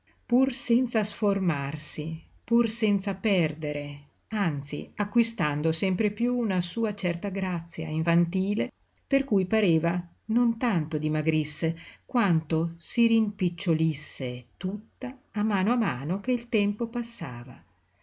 pur senza sformarsi pur senza perdere anzi acquistando sempre piú una sua certa grazia infantile per cui pareva non tanto dimagrisse quanto si rimpiccolisse tutta a mano a mano che il tempo passava